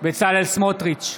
בצלאל סמוטריץ'